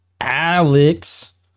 Alex